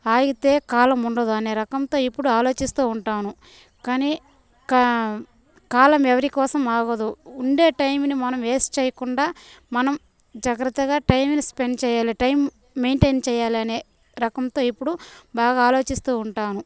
ఆగితే కాలం ఉండదు అనే రకంతో ఇప్పుడు ఆలోచిస్తూ ఉంటాను కానీ కా కాలం ఎవరికోసం ఆగదు ఉండే టైముని మనం వేస్ట్ చేయకుండా మనం జాగ్రత్తగా టైమ్ని స్పెండ్ చేయాలి టైం మెయింటైన్ చేయాలనే రకంతో ఇప్పుడు బాగా ఆలోచిస్తూ ఉంటాను